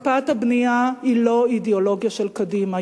הקפאת הבנייה היא לא אידיאולוגיה של קדימה.